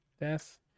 Death